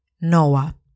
Noah